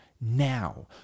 now